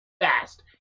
fast